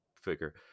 figure